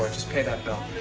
just pay that bill.